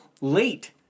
late